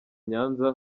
nyanza